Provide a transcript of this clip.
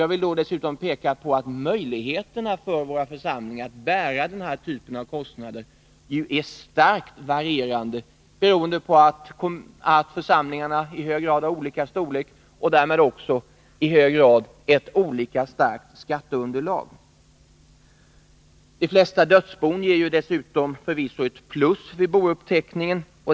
Jag vill också peka på att möjligheterna för våra församlingar att bära denna typ av kostnader är starkt varierande, beroende på att församlingarna i hög grad har olika storlek och därmed också i hög grad ett olika starkt skatteunderlag. De flesta dödsbon ger dessutom förvisso ett plus vid bouppteckningen.